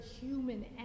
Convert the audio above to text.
human